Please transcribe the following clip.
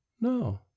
No